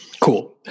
cool